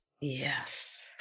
Yes